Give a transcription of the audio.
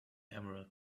emerald